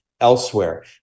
elsewhere